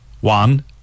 one